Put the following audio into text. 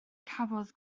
cafodd